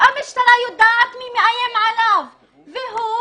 המשטרה יודעת מי מאיים עליו והוא